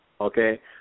okay